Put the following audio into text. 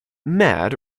mad